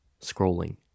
scrolling